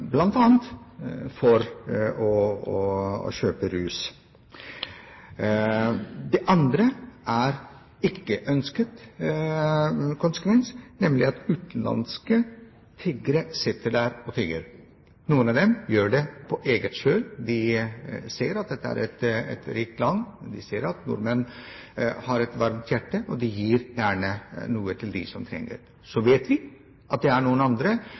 å kjøpe rusmidler. Det andre er en ikke-ønsket konsekvens, nemlig at utenlandske tiggere sitter der og tigger. Noen av dem gjør det for sin egen skyld. De ser at dette er et rikt land. De ser at nordmenn har et varmt hjerte, og de gir gjerne noe til dem som trenger det. Så vet vi at det er noen andre